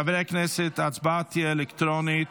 חברי הכנסת ההצבעה תהיה אלקטרונית.